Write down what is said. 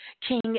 King